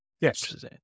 Yes